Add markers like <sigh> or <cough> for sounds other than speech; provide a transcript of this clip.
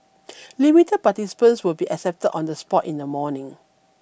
<noise> limited participants will be accepted on this spot in the morning